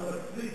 היתה בצריף.